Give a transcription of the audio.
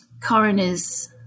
coroner's